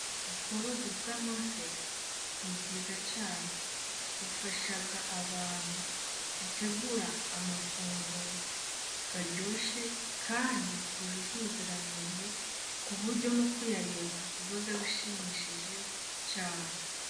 Ubworozi bw'amafi ni bwiza cyane, bufasha abantu gutegura amafunguro aryoshye kandi yujuje ubuziranenge, ku buryo no kuyareba biba bishimishije cyane.